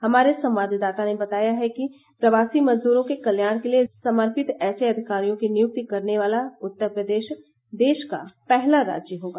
हमारे संवाददाता ने बताया है कि प्रवासी मजदूरों के कल्याण के लिए समर्पित ऐसे अधिकारियों की नियुक्ति करने वाला उत्तर प्रदेश देश का पहला राज्य होगा